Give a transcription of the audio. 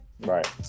Right